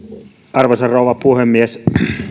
arvoisa rouva puhemies